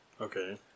Okay